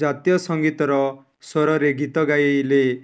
ଜାତୀୟ ସଙ୍ଗୀତର ସ୍ୱରରେ ଗୀତ ଗାଇଲେ